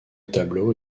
tableau